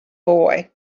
boy